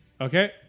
Okay